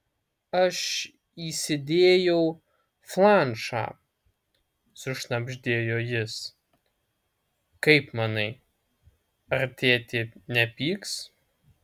aš įsidėjau flanšą sušnabždėjo jis kaip manai ar tėtė nepyks